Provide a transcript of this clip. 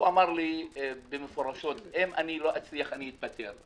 הוא אמר לי במפורש: אם לא אצליח אני אתפטר.